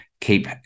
keep